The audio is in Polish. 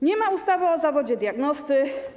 Nie ma ustawy o zawodzie diagnosty.